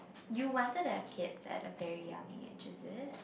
you wanted to have kids at a very young age is it